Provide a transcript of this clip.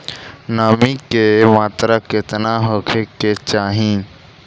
नमी के मात्रा केतना होखे के चाही?